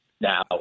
Now